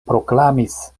proklamis